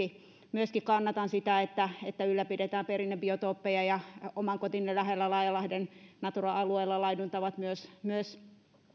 myöskin kannatan sitä että että ylläpidetään perinnebiotooppeja ja oman kotini lähellä laajalahden natura alueella myös laiduntaa